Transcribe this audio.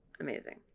amazing